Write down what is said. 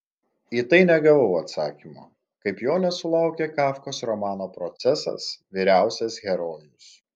į tai negavau atsakymo kaip jo nesulaukė kafkos romano procesas vyriausias herojus